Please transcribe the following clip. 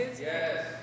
Yes